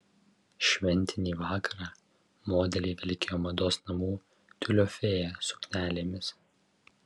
šventinį vakarą modeliai vilkėjo mados namų tiulio fėja suknelėmis